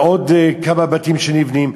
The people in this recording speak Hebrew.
עוד כמה בתים שנבנים.